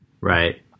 Right